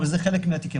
אבל זה חלק מהתיקים.